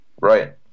Right